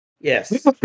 Yes